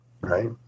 right